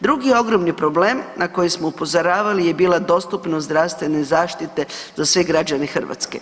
Drugi ogromni problem na koji smo upozoravali je bila dostupnost zdravstvene zaštite za sve građane Hrvatske.